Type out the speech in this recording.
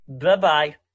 Bye-bye